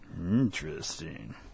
Interesting